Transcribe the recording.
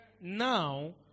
Now